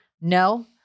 No